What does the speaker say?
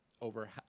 over